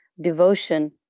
devotion